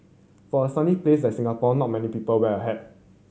for a sunny place a Singapore not many people wear hat